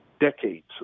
decades